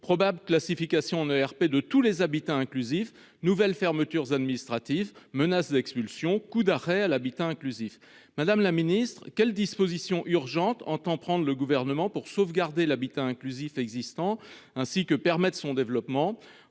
probables classification ne RP de tous les habitat inclusif nouvelles fermetures administratives menace d'expulsion. Coup d'arrêt à l'habitat inclusif Madame la Ministre quelles dispositions urgentes entend prendre le gouvernement pour sauvegarder l'habitat inclusif existants, ainsi que permettent son développement.